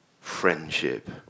friendship